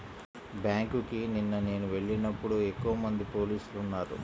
బ్యేంకుకి నిన్న నేను వెళ్ళినప్పుడు ఎక్కువమంది పోలీసులు ఉన్నారు